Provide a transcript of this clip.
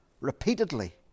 repeatedly